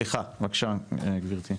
סליחה בבקשה גבירתי.